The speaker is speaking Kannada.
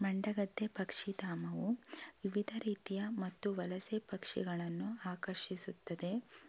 ಮಂಡಗದ್ದೆ ಪಕ್ಷಿಧಾಮವು ವಿವಿಧ ರೀತಿಯ ಮತ್ತು ವಲಸೆ ಪಕ್ಷಿಗಳನ್ನು ಆಕರ್ಷಿಸುತ್ತದೆ